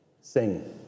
Sing